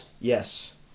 Yes